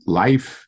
life